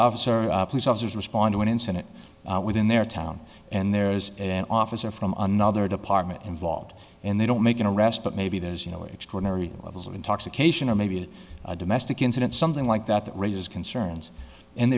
officer police officers respond to an incident within their town and there's an officer from another department involved and they don't make an arrest but maybe there's you know extraordinary levels of intoxication or maybe a domestic incident something like that that raises concerns and